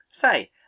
Say